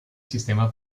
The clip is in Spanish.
sistema